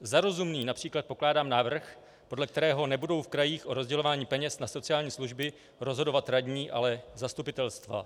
Za rozumný např. pokládám návrh, podle kterého nebudou v krajích o rozdělování peněz na sociální služby rozhodovat radní, ale zastupitelstva.